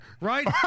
right